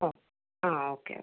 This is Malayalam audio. ഓ ആ ഓക്കെ ഓക്കെ